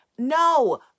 No